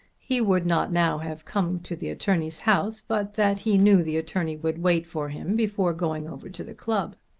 he would not now have come to the attorney's house but that he knew the attorney would wait for him before going over to the club.